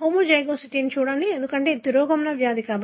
హోమోజైగోసిటీని చూడండి ఎందుకంటే ఇది తిరోగమన వ్యాధి